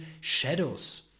shadows